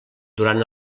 durant